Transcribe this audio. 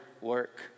work